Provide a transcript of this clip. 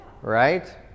right